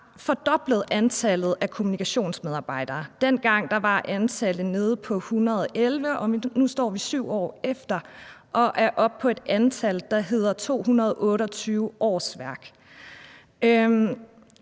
fordoblet antallet af kommunikationsmedarbejdere. Dengang var antallet nede på 111, og nu står vi 7 år efter og er oppe på et antal, der hedder 228 årsværk.